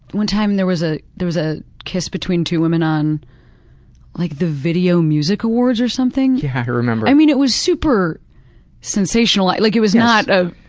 one time there was ah there was a kiss between two women on like the video music awards or something. yeah, i remember. i mean, it was super sensational, like it was not a